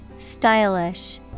Stylish